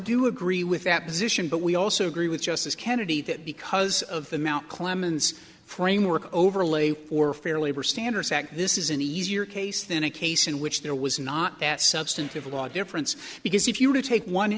do agree with that position but we also agree with justice kennedy that because of the mount clemens framework overlay for fairly standard sac this is an easier case than a case in which there was not that substantive law difference because if you were to take one